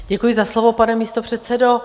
Děkuji za slovo, pane místopředsedo.